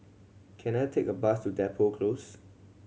can I take a bus to Depot Close